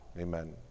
amen